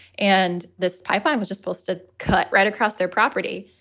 and this pipeline was just built to cut right across their property.